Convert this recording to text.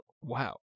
Wow